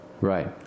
Right